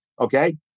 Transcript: okay